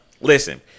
Listen